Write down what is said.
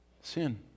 sin